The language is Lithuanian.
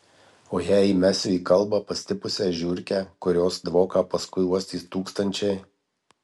o jei įmesiu į kalbą pastipusią žiurkę kurios dvoką paskui uostys tūkstančiai